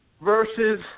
versus